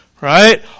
right